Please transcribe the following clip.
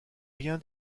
rien